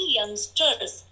youngsters